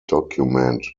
document